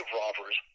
robbers